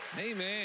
Amen